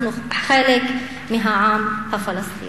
אנחנו חלק מהעם הפלסטיני.